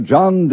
John